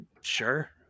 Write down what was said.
Sure